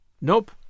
Nope